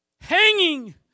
hanging